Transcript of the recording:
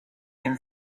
can